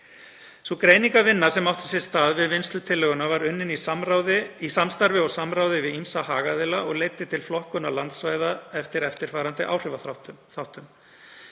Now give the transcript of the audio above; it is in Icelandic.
Sú greiningarvinna sem átti sér stað við vinnslu tillögunnar var unnin í samstarfi og samráði við ýmsa hagaðila og leiddi til flokkunar landsvæða eftir eftirfarandi áhrifaþáttum;